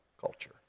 culture